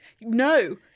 No